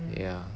ya